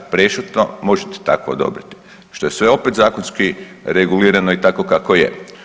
Prešutno možete tako odobriti, što je sve opet zakonski regulirano i tako kako je.